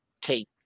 take